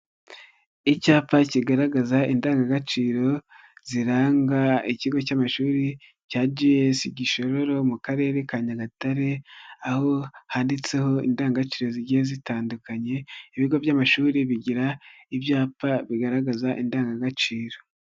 Icyapa kigaragaza indangagaciro ziranga ikigo cy'amashuri cya GS gishororo mu karere ka Nyagatare, aho handitseho indangagaciro zigiye zitandukanye, ibigo by'amashuri bigira ibyapa bigaragaza indangagaciro.